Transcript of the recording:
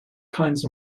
kinds